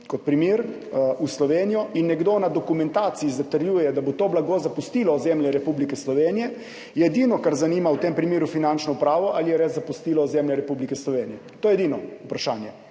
kot primer, v Slovenijo in nekdo na dokumentaciji zatrjuje, da bo to blago zapustilo ozemlje Republike Slovenije, je edino, kar v tem primeru zanima Finančno upravo, ali je res zapustilo ozemlje Republike Slovenije. To je edino vprašanje,